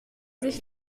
sich